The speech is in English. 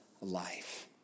Life